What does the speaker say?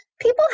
people